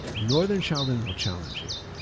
northern shaolin will challenge you.